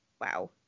wow